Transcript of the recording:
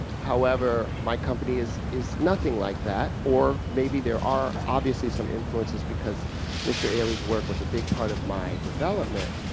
however my company is is nothing like that, or maybe there are obviously some influences because mr. ailey's work was a big part of my development,